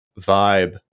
vibe